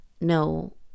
No